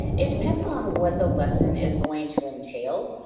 it depends on what the lesson is going to entail.